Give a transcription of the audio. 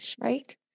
right